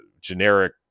generic